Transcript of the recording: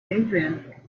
adrian